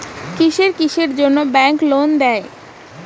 কিসের কিসের জন্যে ব্যাংক লোন দেয়?